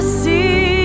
see